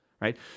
right